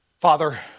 Father